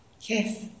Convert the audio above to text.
Yes